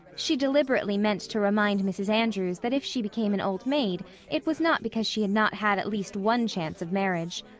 she deliberately meant to remind mrs. andrews that if she became an old maid it was not because she had not had at least one chance of marriage.